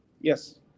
Yes